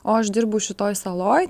o aš dirbu šitoj saloj